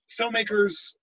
filmmakers